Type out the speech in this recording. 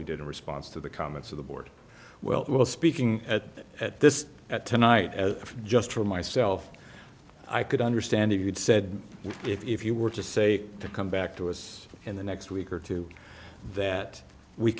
we did in response to the comments of the board well speaking at at this at tonight as if just for myself i could understand if you'd said if you were to say to come back to us in the next week or two that we